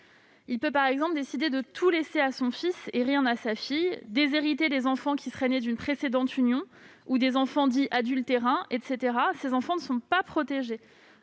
elle peut, par exemple, décider de tout laisser à son fils, et rien à sa fille, déshériter des enfants nés d'une précédente union ou des enfants dits « adultérins », etc. Ces enfants ne sont pas protégés.